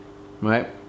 right